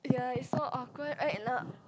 ya it's so awkward right now